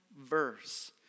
verse